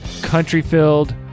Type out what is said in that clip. country-filled